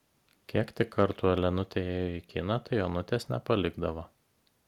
kiek tik kartų elenutė ėjo į kiną tai onutės nepalikdavo